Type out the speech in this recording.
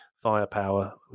Firepower